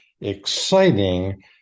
exciting